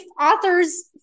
authors